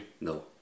No